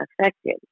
affected